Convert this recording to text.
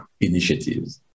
Initiatives